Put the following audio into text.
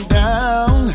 down